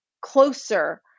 closer